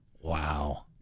wow